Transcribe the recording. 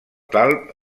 talp